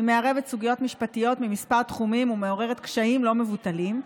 היא מערבת סוגיות משפטיות מכמה תחומים ומעוררת קשיים לא מבוטלים.